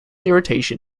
irritation